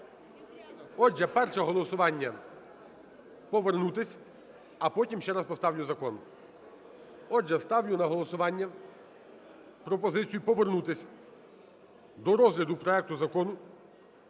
Отже, перше голосування - повернутися, а потім ще раз поставлю закон. Отже, ставлю на голосування пропозицію повернутися до розгляду проекту Закону